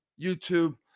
YouTube